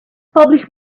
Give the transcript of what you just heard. publish